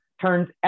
turns